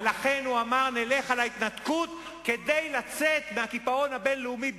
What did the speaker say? ולכן הוא אמר: נלך על ההתנתקות כדי לצאת מהקיפאון הבין-לאומי,